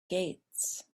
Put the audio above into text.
gates